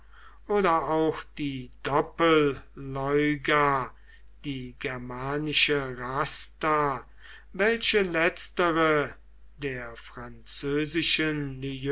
oder auch die doppelleuga die germanische rasta welche letztere der französischen